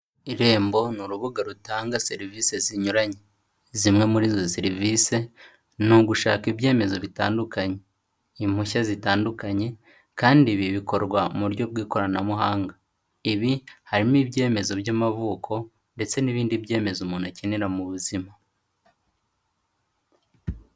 Irembo ni urubuga rutanga serivisi zinyuranye, zimwe muri izo serivisi ni ugushaka ibyemezo bitandukanye, impushya zitandukanye kandi ibi bikorwa mu buryo bw'ikoranabuhanga. Ibi harimo ibyemezo by'amavuko ndetse n'ibindi byemezo umuntu akenera mu buzima.